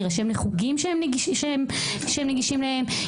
להירשם לחוגים שהם נגישים להם,